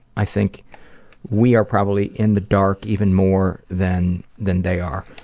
i think we are probably in the dark even more than than they are.